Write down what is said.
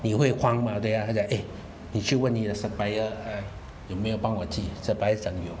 你会慌吗等下他讲诶你去问你的 supplier 有没有帮我寄 supplier 讲有